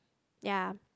ya